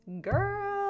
girl